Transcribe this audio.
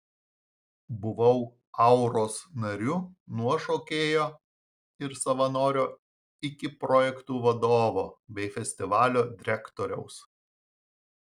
buvau auros nariu nuo šokėjo ir savanorio iki projektų vadovo bei festivalio direktoriaus